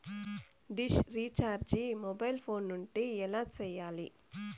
dish recharge mobile phone నుండి ఎలా సేయాలి